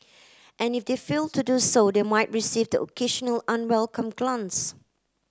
and if they fail to do so they might receive the occasional unwelcome glance